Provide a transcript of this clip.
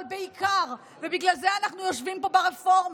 אבל בעיקר, ובגלל זה אנחנו יושבים פה ברפורמה,